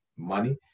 money